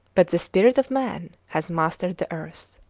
but the spirit of man has mastered the earth.